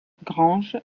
granges